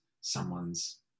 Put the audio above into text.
someone's